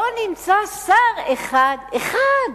לא נמצא שר אחד, אחד,